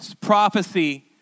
prophecy